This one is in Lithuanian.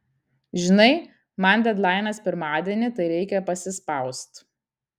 žinai man dedlainas pirmadienį tai reikia pasispaust